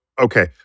okay